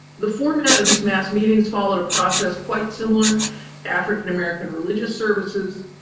the format of these mass meetings followed a process quite similar to african-american religious services,